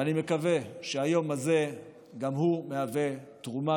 ואני מקווה שהיום הזה גם הוא מהווה תרומה